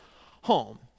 home